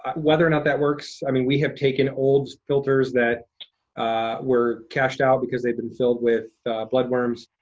whether or not that works, i mean, we have taken old filters that were cashed out because they'd been filled with blood worms,